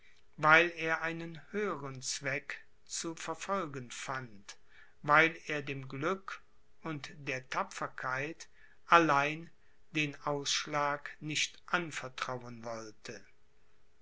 weil er einen höheren zweck zu verfolgen fand weil er dem glück und der tapferkeit allein den ausschlag nicht anvertrauen wollte